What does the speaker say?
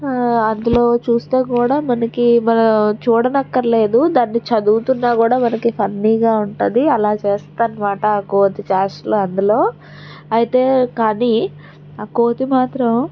అందులో చూస్తే కూడా మనకి మన చూడనక్కర లేదు చదువుతున్నా కూడా ఫన్నీగా ఉంటాది అలా చేస్తుందనమాట ఆ కోతి చేష్టలు అందులో అయితే కానీ ఆ కోతి మాత్రం